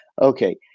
okay